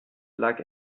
lag